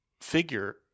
figure